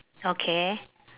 okay